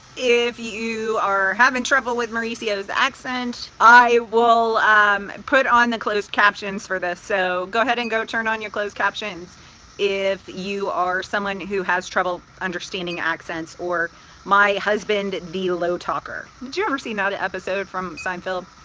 if you are having trouble with mauricio's accent, i will um put on the closed captions for this. so go ahead and go turn on your closed captions if you are someone who has trouble understanding accents or my husband, the low-talker. did you ever see that episode from seinfeld?